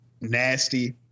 Nasty